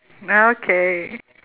ah okay